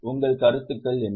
உங்கள் கருத்துகள் என்ன